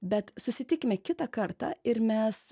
bet susitikime kitą kartą ir mes